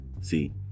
see